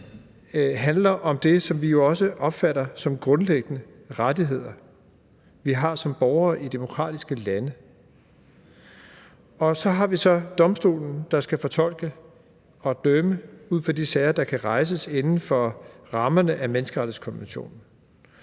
handler om det, som vi jo også opfatter som grundlæggende rettigheder, vi har som borgere i demokratiske lande. Og så har vi så domstolen, der skal fortolke og dømme ud fra de sager, der kan rejses inden for rammerne af menneskerettighedskonventionen.